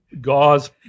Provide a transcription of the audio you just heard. gauze